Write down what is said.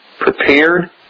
prepared